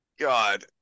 God